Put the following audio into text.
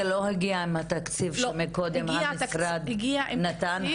זה לא הגיע מהתקציב שמקודם המשרד נתן?